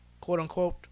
quote-unquote